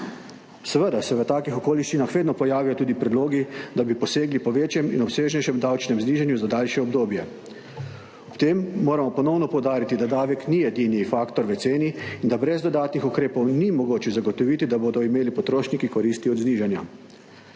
Seveda se v takih okoliščinah vedno pojavijo tudi predlogi, da bi posegli po večjem in obsežnejšem davčnem znižanju za daljše obdobje. Ob tem moramo ponovno poudariti, da davek ni edini faktor v ceni in da brez dodatnih ukrepov ni mogoče zagotoviti, da bodo imeli potrošniki koristi od znižanja.